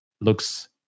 looks